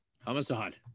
Homicide